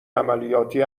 عملیاتی